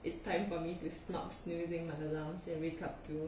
it's time for me to stop snoozing my alarms and wake up too